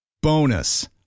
Bonus